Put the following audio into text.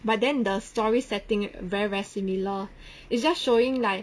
but then the story setting very very similar is just showing like